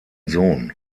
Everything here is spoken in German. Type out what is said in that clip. sohn